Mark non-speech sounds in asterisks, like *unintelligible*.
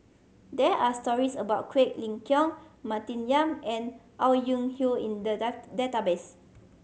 there are stories about Quek Ling Kiong Martin Yan and Au Ying *unintelligible* in the *unintelligible* database